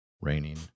raining